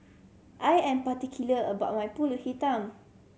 I am particular about my Pulut Hitam